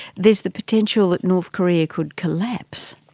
there is the potential that north korea could collapse.